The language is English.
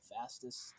fastest